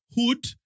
hood